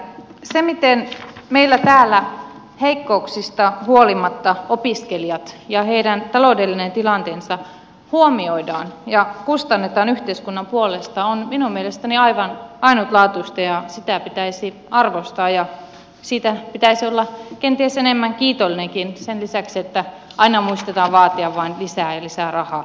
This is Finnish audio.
se miten meillä täällä heikkouksista huolimatta opiskelijat ja heidän taloudellinen tilanteensa huomioidaan ja kustannetaan yhteiskunnan puolesta on minun mielestäni aivan ainutlaatuista ja sitä pitäisi arvostaa ja siitä pitäisi olla kenties enemmän kiitollinenkin sen lisäksi että aina muistetaan vaatia vain lisää ja lisää rahaa